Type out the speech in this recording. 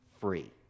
free